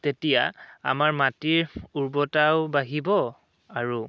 তেতিয়া আমাৰ মাটিৰ উৰ্বৰতাও বাঢ়িব আৰু